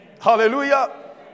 Hallelujah